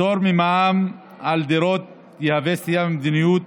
פטור ממע"מ על דירות יהווה סטייה ממדיניות